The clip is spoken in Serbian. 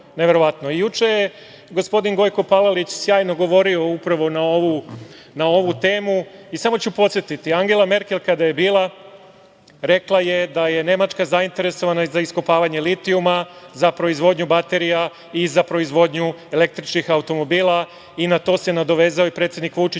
je gospodin Gojko Palalić sjajno govorio upravo na ovu temu i samo ću podsetiti. Angela Merkel kada je bila rekla je da je Nemačka zainteresovana za iskopavanje litijuma, za proizvodnju baterija i za proizvodnju električnih automobila, i na to se nadovezao i predsednik Vučić